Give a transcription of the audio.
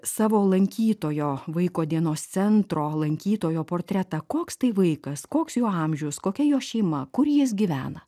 savo lankytojo vaiko dienos centro lankytojo portretą koks tai vaikas koks jo amžius kokia jo šeima kur jis gyvena